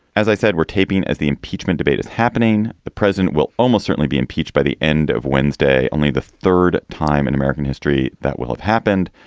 as i said, we're taping as the impeachment debate is happening. the president will almost certainly be impeached by the end of wednesday, only the third time in american history that will have happened.